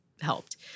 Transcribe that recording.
helped